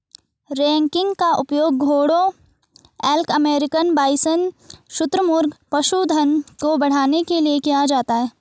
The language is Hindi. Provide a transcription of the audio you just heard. रैंकिंग का उपयोग घोड़ों एल्क अमेरिकन बाइसन शुतुरमुर्ग पशुधन को बढ़ाने के लिए किया जाता है